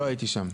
לא הייתי שם.